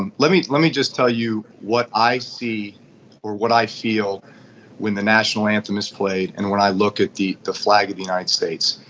um let me let me just tell you what i see or what i feel when the national anthem is played, and when i look at the the flag of the united states.